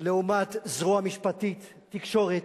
זרוע משפטית, תקשורת,